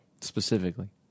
Specifically